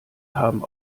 haben